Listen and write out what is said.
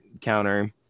counter